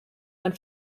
ein